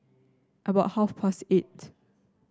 about half past eight